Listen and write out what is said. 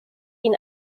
ihn